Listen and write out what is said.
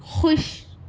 خوش